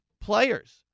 players